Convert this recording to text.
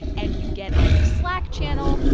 and you get on a slack channel.